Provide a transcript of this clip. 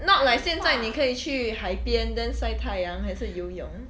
not like 现在你可以去海边 then 晒太阳还是游泳